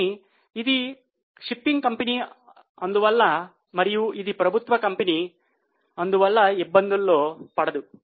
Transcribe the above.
కానీ ఇది shipping company అందువల్ల మరియు ఇది ప్రభుత్వ కంపెనీ అందువల్ల ఇబ్బందుల్లో పడదు